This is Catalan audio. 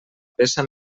peça